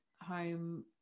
home